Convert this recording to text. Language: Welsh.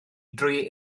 drwy